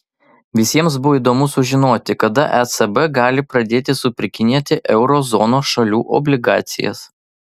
visiems buvo įdomu sužinoti kada ecb gali pradėti supirkinėti euro zonos šalių obligacijas